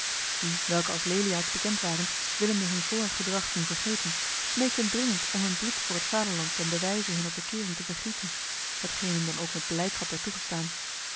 die welke als leliaards bekend waren willende hun vorig gedrag doen vergeten smeekten dringend om hun bloed voor het vaderland ten bewijze hunner bekering te vergieten hetgeen hun dan ook met blijdschap werd toegestaan